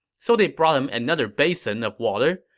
so they brought him another basin of water,